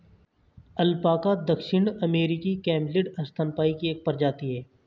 alpaca दक्षिण अमेरिकी camelid स्तनपायी की एक प्रजाति है